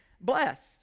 blessed